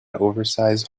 oversize